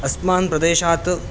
अस्मात् प्रदेशात्